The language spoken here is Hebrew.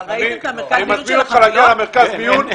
אני מזמין אותך להגיע למרכז המיון.